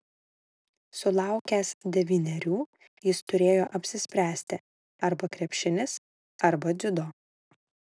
sulaukęs devynerių jis turėjo apsispręsti arba krepšinis arba dziudo